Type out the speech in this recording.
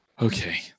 okay